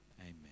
amen